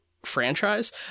franchise